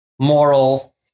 moral